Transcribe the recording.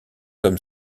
comme